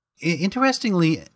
Interestingly